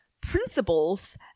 Principles